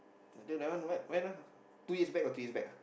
I think that one when when lah two years back or three years back ah